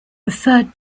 referred